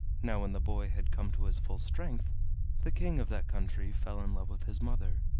now when the boy had come to his full strength the king of that country fell in love with his mother,